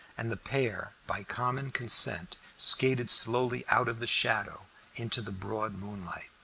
and the pair by common consent skated slowly out of the shadow into the broad moonlight.